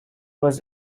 was